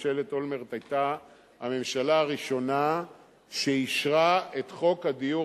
ממשלת אולמרט היתה הממשלה הראשונה שאישרה את חוק הדיור